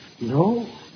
no